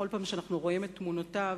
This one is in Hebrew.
בכל פעם שאנחנו רואים את תמונותיו,